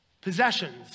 possessions